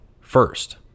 first